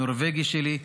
הנורבגי שלי,